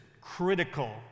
critical